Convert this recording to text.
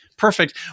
Perfect